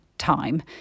time